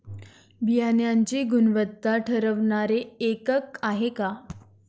बियाणांची गुणवत्ता ठरवणारे एकक आहे का?